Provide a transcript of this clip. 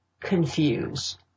confused